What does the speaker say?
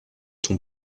ton